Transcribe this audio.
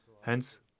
Hence